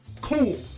cool